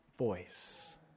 voice